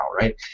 right